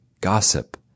gossip